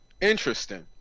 Interesting